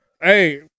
Hey